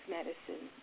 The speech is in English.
Medicine